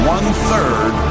One-third